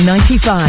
95